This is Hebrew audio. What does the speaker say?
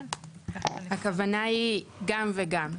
הכוונה היא גם וגם.